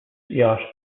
yacht